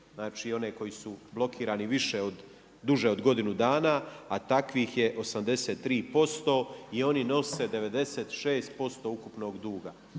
znači one koji su blokirani duže od godinu dana a takvih je 83% i oni nose 96% ukupnog duga.